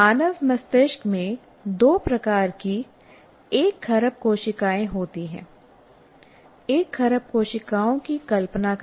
मानव मस्तिष्क में दो प्रकार की एक खरब कोशिकाएं होती हैं एक खरब कोशिकाओं की कल्पना करें